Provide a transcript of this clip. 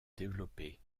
développées